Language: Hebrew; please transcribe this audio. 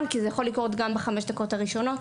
כי זה יכול לקרות גם בחמש הדקות הראשונות.